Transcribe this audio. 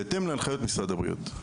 בהתאם להנחיות משרד הבריאות.